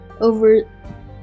over